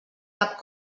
cap